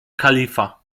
kalifa